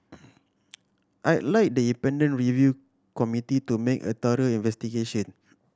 I like the independent review committee to make a thorough investigation